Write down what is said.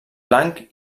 blanc